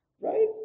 Right